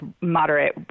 moderate